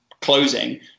closing